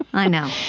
i know,